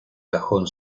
cajón